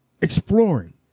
exploring